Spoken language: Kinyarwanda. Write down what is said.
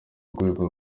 rwego